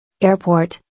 Airport